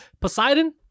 Poseidon